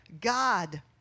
God